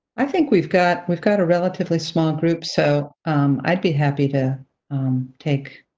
i think we've got, we've got a relatively small group, so i'd be happy to take